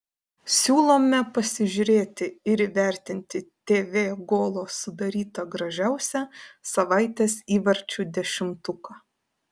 siūlome pasižiūrėti ir įvertinti tv golo sudarytą gražiausią savaitės įvarčių dešimtuką